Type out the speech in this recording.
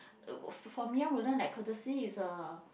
uh from young we learn like courtesy is a